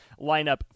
lineup